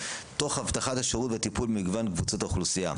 תוך הבטחת השירות והטיפול במגוון קבוצות האוכלוסייה.